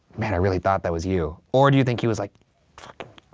man, i really thought that was you? or do you think he was like.